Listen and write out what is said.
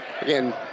Again